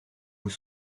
vous